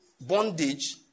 bondage